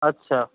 আচ্ছা